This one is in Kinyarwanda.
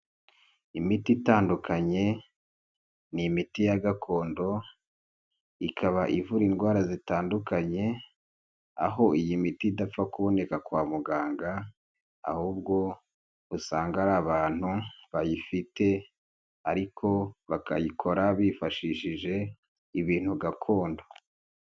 Imiti itandukanye, ni imiti ya gakondo ikaba ivura indwara zitandukanye, aho iyi miti idapfa kuboneka kwa muganga, ahubwo usanga ari abantu bayifite ariko bakayikora bifashishije ibintu gakondo.